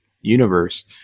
universe